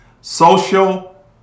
social